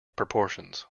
proportions